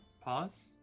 Pause